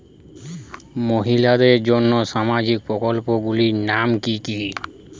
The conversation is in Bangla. মহিলাদের জন্য সামাজিক প্রকল্প গুলির নাম কি কি?